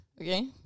Okay